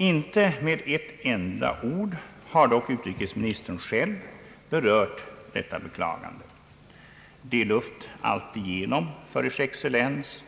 Inte med ett enda ord har dock utrikesministern själv berört detta beklagande. Det är luft alltigenom för Ers Excellens,